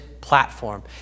platform